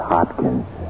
Hopkins